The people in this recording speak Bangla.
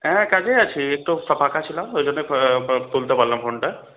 হ্যাঁ কাজে আছি একটু ফাঁকা ছিলাম ওই জন্যে তুলতে পারলাম ফোনটা